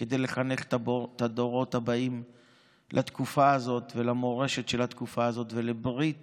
כדי לחנך את הדורות הבאים לתקופה הזאת ולמורשת של התקופה הזאת ולברית